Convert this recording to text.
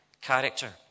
character